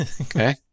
okay